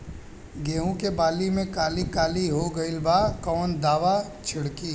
गेहूं के बाली में काली काली हो गइल बा कवन दावा छिड़कि?